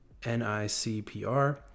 NICPR